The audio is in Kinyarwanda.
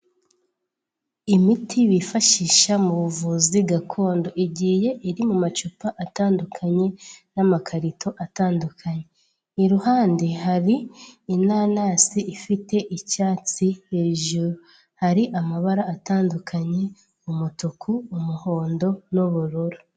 Imiti bifashisha mu buvuzi gakondo, igiye iri mu macupa atandukanye n'amakarito atandukanye, iruhande hari inanasi ifite icyatsi hejuru, hari amabara atandukanye, umutuku, umuhondo n'ubururu.